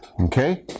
Okay